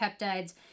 peptides